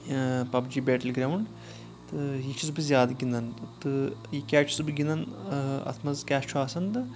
pub جی battle ground تہٕ یہِ چھُس بہٕ زیادٕ گنٛدان تہٕ یہِ کیٛازِ چھُس بہٕ گنٛدان اتھ منٛز کیاہ چھُ آسان تہٕ